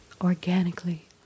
organically